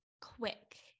quick